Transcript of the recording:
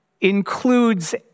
includes